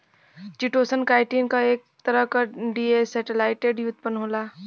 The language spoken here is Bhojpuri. चिटोसन, काइटिन क एक तरह क डीएसेटाइलेटेड व्युत्पन्न होला